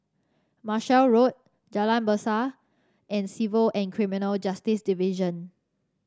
Marshall Road Jalan Besar and Civil and Criminal Justice Division